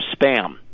spam